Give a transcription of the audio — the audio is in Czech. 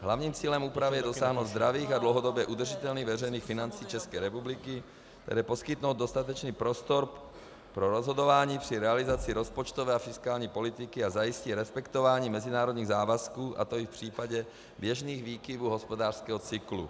Hlavním cílem úpravy je dosáhnout zdravých a dlouhodobě udržitelných veřejných financí České republiky, které poskytnou dostatečný prostor pro rozhodování při realizaci rozpočtové a fiskální politiky a zajistí respektování mezinárodních závazků, a to i v případě běžných výkyvů hospodářského cyklu.